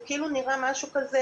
זה נראה משהו כזה